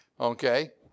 Okay